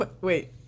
Wait